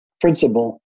principle